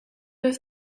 have